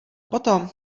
potom